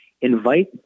invite